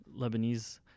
lebanese